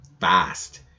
fast